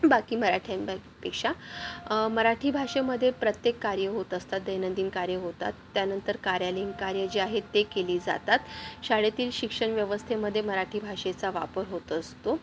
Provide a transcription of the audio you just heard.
बाकी मराठ्यां ब पेक्षा मराठी भाषेमध्ये प्रत्येक कार्य होत असतात दैनंदिन कार्य होतात त्यानंतर कार्यालयीन कार्य जे आहेत ते केली जातात शाळेतील शिक्षण व्यवस्थेमध्ये मराठी भाषेचा वापर होत असतो